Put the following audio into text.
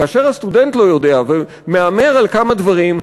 כאשר הסטודנט לא יודע ומהמר על כמה דברים,